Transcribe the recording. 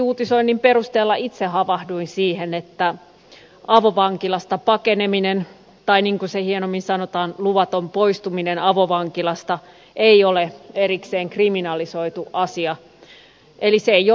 lehtiuutisoinnin perusteella itse havahduin siihen että avovankilasta pakeneminen tai niin kuin se hienommin sanotaan luvaton poistuminen avovankilasta ei ole erikseen kriminalisoitu asia eli se ei ole rikos